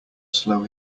slow